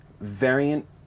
variant